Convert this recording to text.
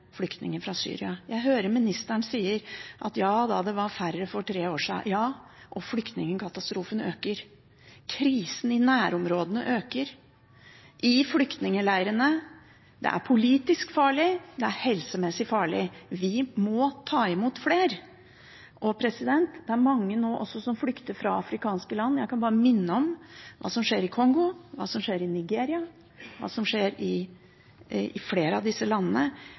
flyktninger fra Syria. Jeg hører ministeren sier at det var færre for tre år siden. Ja, og flyktningkatastrofen øker, krisen i nærområdene øker, i flyktningleirene. Det er politisk farlig, det er helsemessig farlig. Vi må ta imot flere! Det er mange som nå også flykter fra afrikanske land. Jeg kan bare minne om hva som skjer i Kongo, hva som skjer i Nigeria, hva som skjer i flere av disse landene.